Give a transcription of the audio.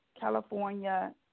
California